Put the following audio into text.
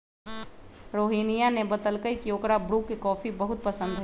रोहिनीया ने बतल कई की ओकरा ब्रू के कॉफी बहुत पसंद हई